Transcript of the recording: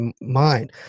mind